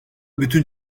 bütün